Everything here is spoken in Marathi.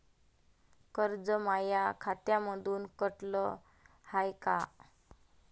कर्ज माया खात्यामंधून कटलं हाय का?